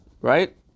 Right